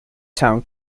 town